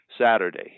Saturday